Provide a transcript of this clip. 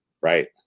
Right